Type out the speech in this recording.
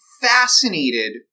fascinated